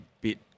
bit –